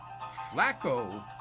Flacco